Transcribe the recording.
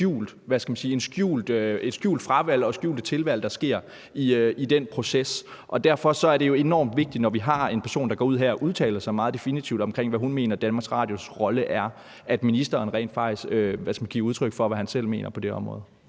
skjulte fravalg og skjulte tilvalg, der sker i den proces. Og derfor er det jo enormt vigtigt, at ministeren – når vi har en person, der her går ud og udtaler sig meget definitivt om, hvad hun mener DR's rolle er – faktisk giver udtryk for, hvad han selv mener på det her område.